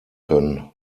können